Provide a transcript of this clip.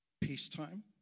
peacetime